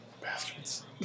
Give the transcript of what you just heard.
Bastards